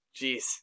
Jeez